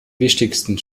wichtigsten